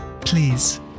Please